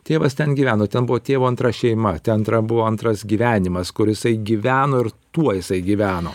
tėvas ten gyveno ten buvo tėvo antra šeima ten antra buvo antras gyvenimas kur jisai gyveno ir tuo jisai gyveno